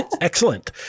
Excellent